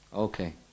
Okay